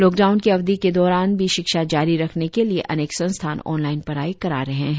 lockdown की अवधि के दौरान भी शिक्षा जारी रखने के लिए अनेक संस्थान ऑनलाइन पढ़ाई करा रहे हैं